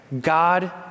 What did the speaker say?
God